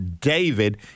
David